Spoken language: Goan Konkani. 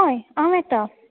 हय हांव येतां